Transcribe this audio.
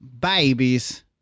Babies